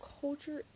culture